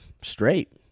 straight